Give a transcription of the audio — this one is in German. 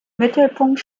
mittelpunkt